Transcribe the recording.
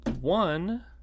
one